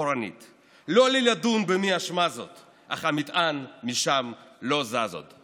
אחורנית / לא לי לדון במי אשמה זאת / אך המטען משם לא זז עוד".